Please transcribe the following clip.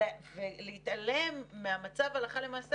ולהתעלם מהמצב הלכה למעשה,